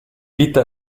vita